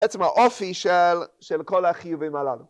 עצם האופי של כל החיובים הללו.